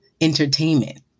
entertainment